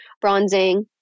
bronzing